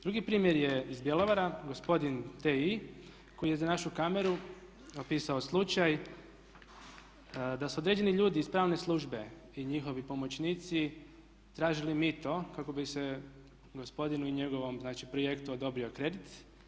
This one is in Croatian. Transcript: Drugi primjer je iz Bjelovara, gospodin T.I koji je za našu kameru opisao slučaj da su određeni ljudi iz pravne službe i njihovi pomoćnici tražili mito kako bi se gospodinu i njegovom znači projektu odobrio kredit.